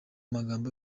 magambo